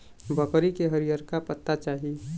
बकरी के हरिअरका पत्ते चाही